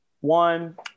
one